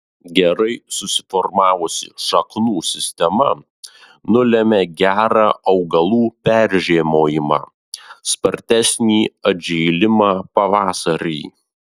gerai susiformavusi šaknų sistema nulemia gerą augalų peržiemojimą spartesnį atžėlimą pavasarį